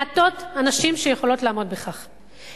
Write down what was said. מעטות הנשים שיכולות לעמוד בכך.